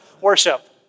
worship